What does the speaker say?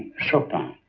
chopin.